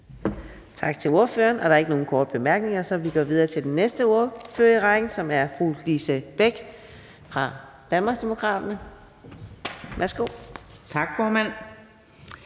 Tak til ordføreren. Der er ikke nogen korte bemærkninger, så vi går videre til den næste ordfører i rækken, som er fru Lise Bech fra Danmarksdemokraterne. Værsgo. Kl.